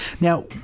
Now